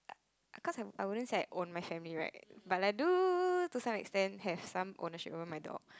cause I'm I wouldn't say I own my family right but I do to some extent have ownership over my dog